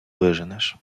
виженеш